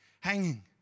hanging